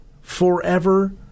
forever